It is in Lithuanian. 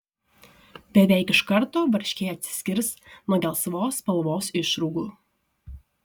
beveik iš karto varškė atsiskirs nuo gelsvos spalvos išrūgų